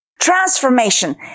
Transformation